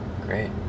Great